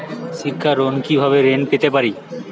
শিক্ষার জন্য কি ভাবে ঋণ পেতে পারি?